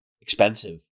expensive